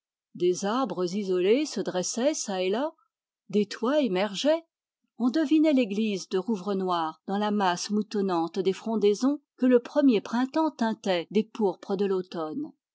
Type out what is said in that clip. des arbres isolés se dressaient çà et là des toits émergeaient on devinait l'église de rouvrenoir dans la masse moutonnante des frondaisons que le premier printemps teintait des pourpres de l'automne